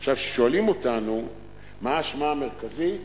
עכשיו, כששואלים אותם מה האשמה המרכזית: